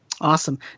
Awesome